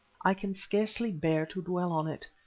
i can scarcely bear to dwell on it.